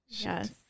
Yes